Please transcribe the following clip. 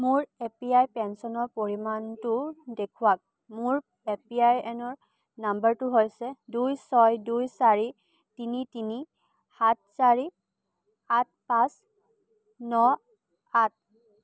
মোৰ A P Y পেঞ্চনৰ পৰিমাণটো দেখুৱাওক মোৰ এ পি আই এনৰ নম্বৰটো হৈছে দুই ছয় দুই চাৰি তিনি তিনি সাত চাৰি আঠ পাঁচ ন আঠ